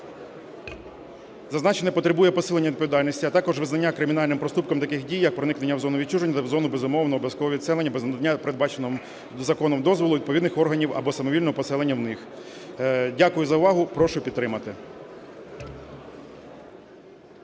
Зазначене потребує посилення відповідальності, а також визнання кримінальним проступком таких дій, як проникнення в зону відчуження та зону безумовного (обов'язкового) відселення без надання передбаченого законом дозволу відповідних органів або самовільного поселення в них. Дякую за увагу. Прошу підтримати.